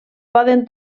poden